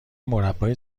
مربای